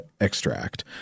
extract